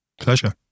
Pleasure